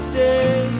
day